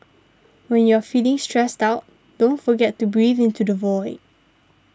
when you are feeling stressed out don't forget to breathe into the void